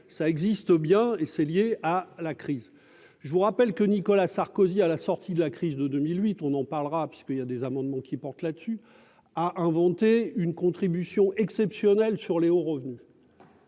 ça existe bien, et c'est lié à la crise, je vous rappelle que Nicolas Sarkozy à la sortie de la crise de 2008, on en parlera, parce qu'il y a des amendements qui porte dessus a inventé une contribution exceptionnelle sur les hauts revenus.